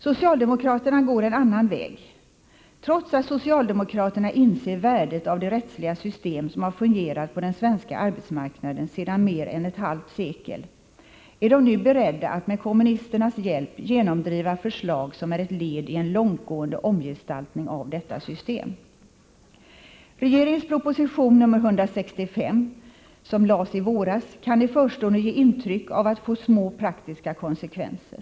Socialdemokraterna går en annan väg. Trots att socialdemokraterna inser värdet av det rättsliga system som har fungerat på den svenska arbetsmarknaden sedan mer än ett halvt sekel, är de nu beredda att med kommunisternas hjälp genomdriva förslag som är ett led i en långtgående omgestaltning av detta system. Regeringens proposition nr 165 som kom i våras kan i förstone ge intryck av att få små praktiska konsekvenser.